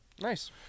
Nice